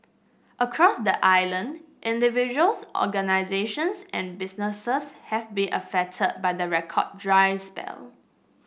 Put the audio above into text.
across the island individuals organisations and businesses have been affected by the record dry spell